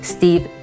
Steve